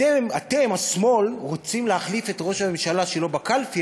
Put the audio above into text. אתם השמאל רוצים להחליף את ראש הממשלה שלא בקלפי,